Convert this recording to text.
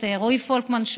את רועי פולקמן,